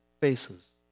faces